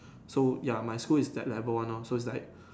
so ya my school is that level one lor so is like